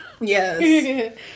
yes